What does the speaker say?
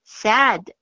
sad